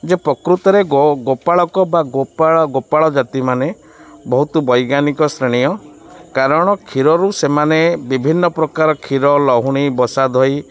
ଯେ ପ୍ରକୃତରେ ଗୋପାଳକ ବା ଗୋପାଳ ଗୋପାଳ ଜାତିମାନେ ବହୁତ ବୈଜ୍ଞାନିକ ଶ୍ରେଣୀୟ କାରଣ କ୍ଷୀରରୁ ସେମାନେ ବିଭିନ୍ନ ପ୍ରକାର କ୍ଷୀର ଲହୁଣୀ ବସାଦହି